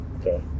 Okay